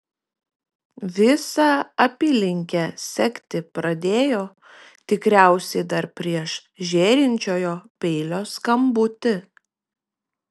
visą apylinkę sekti pradėjo tikriausiai dar prieš žėrinčiojo peilio skambutį